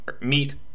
meet